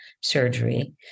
surgery